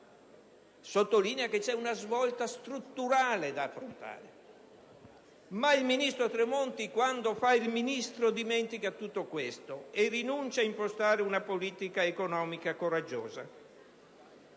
sottolinea che c'è una svolta strutturale da affrontare. Ma, quando fa il Ministro, dimentica tutto ciò e rinuncia ad impostare una politica economica coraggiosa;